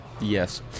Yes